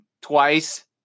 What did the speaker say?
twice